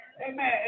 Amen